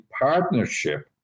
partnership